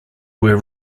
were